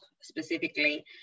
specifically